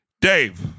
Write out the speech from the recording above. Dave